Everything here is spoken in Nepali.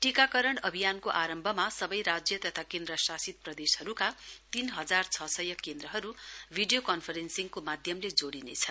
टीकाकरण अभियानको आरम्भमा सबै राज्य तथा केन्द्रशासित प्रदेशहरूको तीन हजार छ सय केन्द्रहरू भिडियो कन्फ्रेन्सिघडको माध्यमले जोडिने छन्